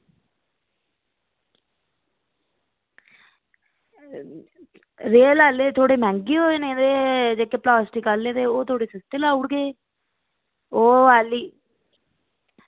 real आह्ले थोह्ड़े मैहंगे होई जाने ते प्लॉस्टिक आह्ले थोह्ड़े सस्ते होई जाने ओह् आह्ली